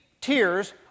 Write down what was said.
tears